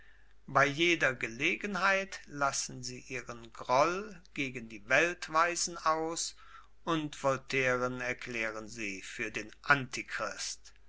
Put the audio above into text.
bei jeder gelegenheit lassen sie ihren groll gegen die weltweisen aus und voltairen erklären sie für den